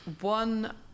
One